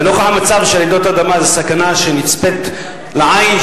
לנוכח המצב שרעידות אדמה הן סכנה שנצפית לעין,